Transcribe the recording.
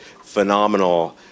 phenomenal